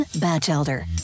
Batchelder